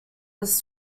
his